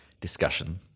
discussion